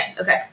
okay